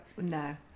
no